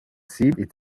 seemed